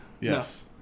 Yes